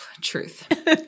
Truth